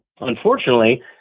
Unfortunately